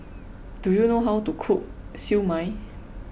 do you know how to cook Siew Mai